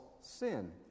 sin